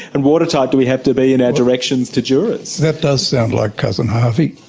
and watertight do we have to be in our directions to jurors? that does sound like cousin harvey.